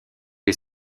les